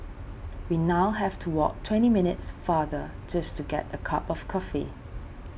we now have to walk twenty minutes farther just to get a cup of coffee